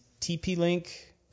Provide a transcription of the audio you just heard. TP-Link